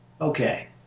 Okay